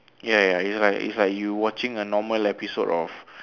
ya ya it's like if you watching a normal episode of